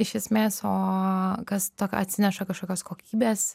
iš esmės o kas tokio atsineša kažkokias kokybėse